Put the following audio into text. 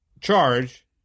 charge